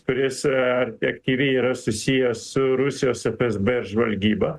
kuris efektyviai yra susijęs su rusijos fsb žvalgyba